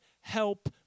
help